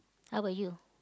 how about you